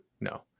No